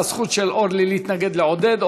והזכות של אורלי להתנגד לעודד,